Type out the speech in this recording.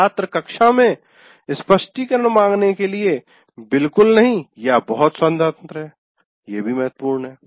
छात्र कक्षा में स्पष्टीकरण मांगने के लिए बिल्कुल नहीं या बहुत स्वतंत्र हैं ये भी महत्वपूर्ण है